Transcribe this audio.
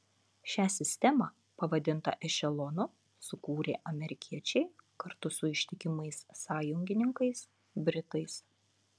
šią sistemą pavadintą ešelonu sukūrė amerikiečiai kartu su ištikimais sąjungininkais britais